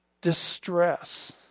distress